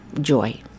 joy